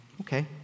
okay